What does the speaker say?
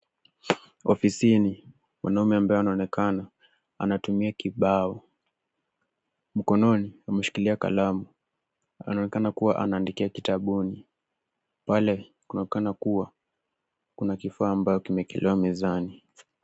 Ofisini, mwanaume ambaye anaonekana anatumia kibao mkononi ameshikilia kalamu. Anaonekana kuwa anaandikia kitabuni. Pale inaonekana kuwa kuna kifaa ambayo kimewekelewa mezani.